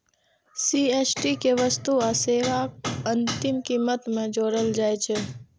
GST कें वस्तु आ सेवाक अंतिम कीमत मे जोड़ल जाइ छै